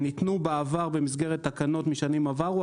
שניתנו בעבר במסגרת תקנות משנים עברו,